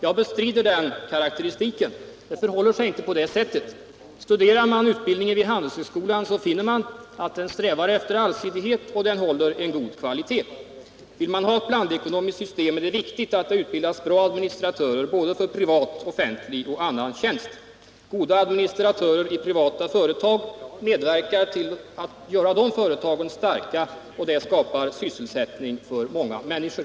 Jag bestrider den karakteristiken. Det förhåller sig inte på det sättet. Studerar man utbildningen vid Handelshögskolan finner man att den strävar efter allsidighet och att den håller en god kvalitet. Vill man ha ett blandekonomiskt system är det viktigt att det utbildas bra administratörer för såväl privat, offentlig som annan tjänst. Goda administratörer i privata företag medverkar till att göra dessa företag starka, och det skapar sysselsättning för många människor.